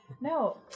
No